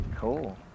Cool